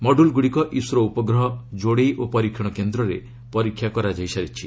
ମଡୁଲ୍ଗୁଡ଼ିକ ଇସ୍ରୋ ଉପଗ୍ରହ ଯୋଡେଇ ଓ ପରୀକ୍ଷଣ କେନ୍ଦ୍ରରେ ପରୀକ୍ଷା କରାଯାଇସାରିଛି